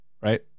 Right